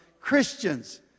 Christians